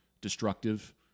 destructive